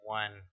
one